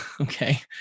okay